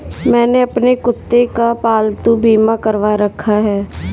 मैंने अपने कुत्ते का पालतू बीमा करवा रखा है